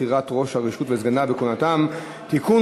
(בחירת ראש הרשות וסגניו וכהונתם) (תיקון,